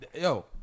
yo